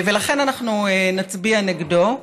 לכן אנחנו נצביע נגדו.